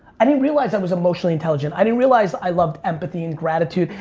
i didn't realize i was emotionally intelligent. i didn't realize i loved empathy and gratitude.